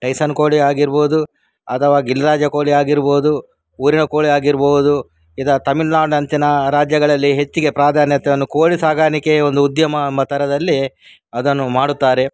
Tyson ಕೋಳಿ ಆಗಿರ್ಬೋದು ಅಥವಾ ಗಿರಿರಾಜ ಕೋಳಿ ಆಗಿರ್ಬೋದು ಊರಿನ ಕೋಳಿ ಆಗಿರ್ಬೋದು ಇದು ತಮಿಳುನಾಡು ಅಂಚಿನ ರಾಜ್ಯಗಳಲ್ಲಿ ಹೆಚ್ಚಿಗೆ ಪ್ರಾಧಾನ್ಯತೆಯನ್ನು ಕೋಳಿ ಸಾಗಾಣಿಕೆಯೇ ಒಂದು ಉದ್ಯಮ ಎಂಬ ಥರದಲ್ಲಿ ಅದನ್ನು ಮಾಡುತ್ತಾರೆ